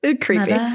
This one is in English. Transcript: Creepy